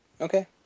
Okay